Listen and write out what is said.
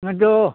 ओंखायन्थ'